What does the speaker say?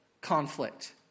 conflict